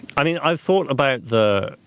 i mean, i've thought about the